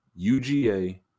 UGA